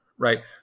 Right